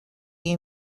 you